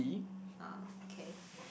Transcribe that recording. uh okay